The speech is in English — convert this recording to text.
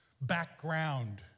background